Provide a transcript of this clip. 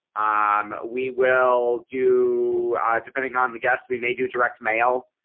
um we will do depending on the guest we may do direct mail.